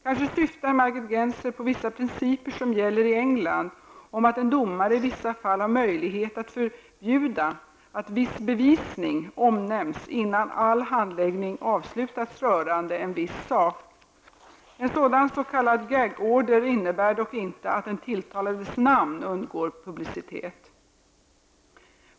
Kanske syftar Margit Gennser på vissa principer som gäller i England om att en domare i vissa fall har möjlighet att förbjuda att viss bevisning omnämns innan all handläggning avslutats rörande en viss sak. En sådan s.k. gagorder innebär dock inte att den tilltalades namn undgår publicitet.